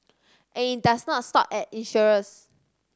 and it does not stop at insurers